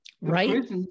right